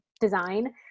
design